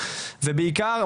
ובעיקר,